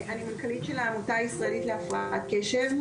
אני מנכ"לית של העמותה הישראלית להפרעת קשב,